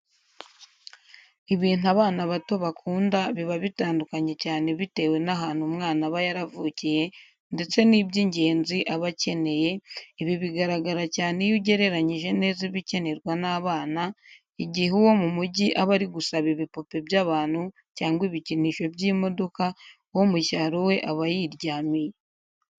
Ibintu abana bato bakunda biba bitandukanye cyane bitewe n'ahantu umwana aba yaravukiye ndetse n'iby'ingezi aba akeneye, ibi bigaragara cyane iyo ugereranyije neza ibikenerwa n'abana, igihe uwo mu mujyi aba ari gusaba ibipupe by'abantu cyangwa ibikinisho by'imodoka, uwo mu cyaro we aba yiryamiye.